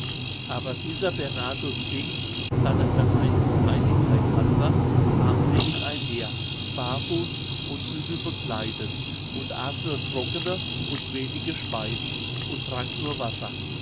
aber dieser bernhardus ging seiner vermeinten heiligkeit halber armselig einher barfuß und übel bekleidet und aß nur trockene und wenige speisen und trank nur wasser